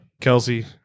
Kelsey